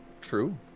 True